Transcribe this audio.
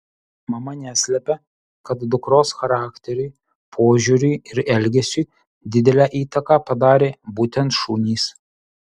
mama neslepia kad dukros charakteriui požiūriui ir elgesiui didelę įtaką padarė būtent šunys